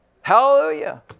hallelujah